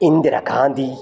Indira Gandhi